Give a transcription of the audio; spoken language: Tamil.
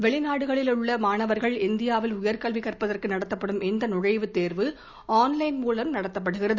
வெளிநாடுகளில் உள்ள மாணவர்கள் இந்தியாவில் உயர்கல்வி கற்பதற்கு நடத்தப்படும் இந்த நுழைவுத் தேர்வு ஆன்லைன் மூலம் நடத்தப்படுகிறது